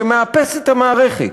שמאפס את המערכת.